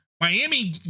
Miami